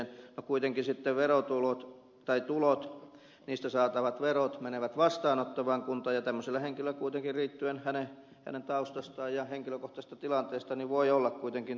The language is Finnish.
no kuitenkin sitten verotulot tai tuloista saatavat verot menevät vastaanottavaan kuntaan ja tämmöisellä henkilöllä kuitenkin riippuen hänen taustastaan ja henkilökohtaisesta tilanteestaan voi olla kuitenkin tuloja